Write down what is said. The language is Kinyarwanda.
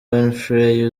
winfrey